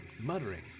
muttering